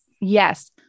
Yes